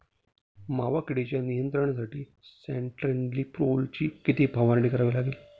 मावा किडीच्या नियंत्रणासाठी स्यान्ट्रेनिलीप्रोलची किती फवारणी करावी लागेल?